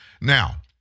Now